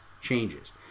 changes